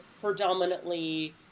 predominantly